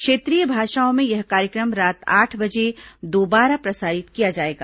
क्षेत्रीय भाषाओं में यह कार्यक्रम रात आठ बजे दोबारा प्रसारित किया जाएगा